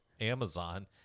Amazon